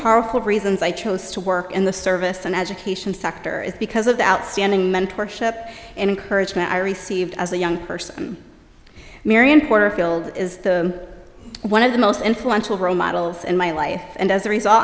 powerful reasons i chose to work in the service and education sector is because of the outstanding mentorship and encouragement i received as a young person marian porterfield is the one of the most influential role models in my life and as a result